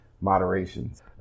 moderations